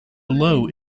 below